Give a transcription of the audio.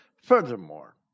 Furthermore